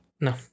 No